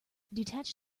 detach